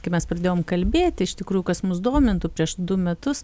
kai mes pradėjom kalbėti iš tikrųjų kas mus domintų prieš du metus